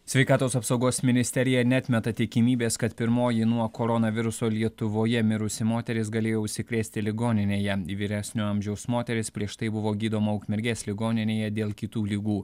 sveikatos apsaugos ministerija neatmeta tikimybės kad pirmoji nuo koronaviruso lietuvoje mirusi moteris galėjo užsikrėsti ligoninėje vyresnio amžiaus moteris prieš tai buvo gydoma ukmergės ligoninėje dėl kitų ligų